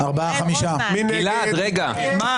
מי נמנע?